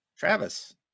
Travis